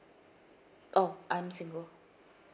oh I'm single